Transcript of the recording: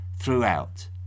throughout